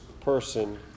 person